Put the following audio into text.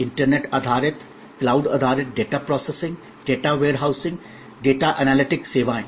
internet आधारित cloud आधारित data processing data warehousing data analytic सेवाएं